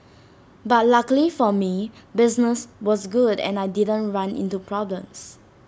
but luckily for me business was good and I didn't run into problems